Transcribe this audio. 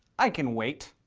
i can wait.